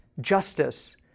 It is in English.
justice